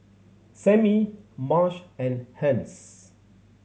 Samie Marsh and Hence